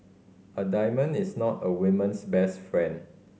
a diamond is not a women's best friend